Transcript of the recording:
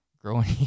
growing